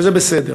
וזה בסדר.